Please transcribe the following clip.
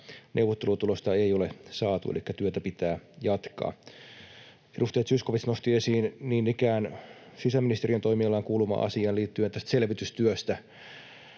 neuvottelutulosta ei ole saatu, elikkä työtä pitää jatkaa. Edustaja Zyskowicz nosti esiin niin ikään sisäministeriön toimialaan kuuluvan asian liittyen tähän selvitystyöhön.